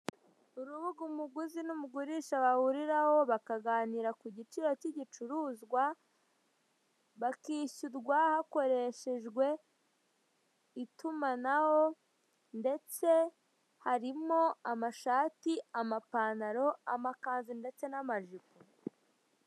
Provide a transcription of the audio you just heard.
Urubuga umuguzi n'umugurisha bahuriraho bakaganira ku giciro cy'igicuruzwa, bakishyurwa hakoreshejwe itumanaho ndetse harimo amashati, amapantaro, amakanzu ndetse n'amajipo.